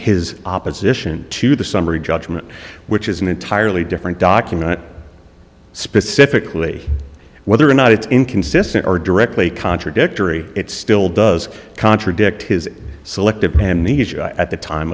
his opposition to the summary judgment which is an entirely different document specifically whether or not it's inconsistent or directly contradictory it still does contradict his selective amnesia at the time